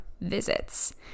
visits